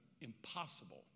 Impossible